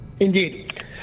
Indeed